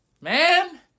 Man